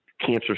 cancer